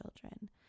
children